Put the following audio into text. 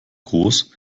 groß